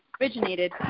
originated